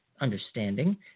understanding